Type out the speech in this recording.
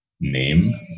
name